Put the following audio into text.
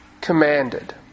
commanded